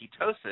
ketosis